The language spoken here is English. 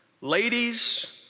ladies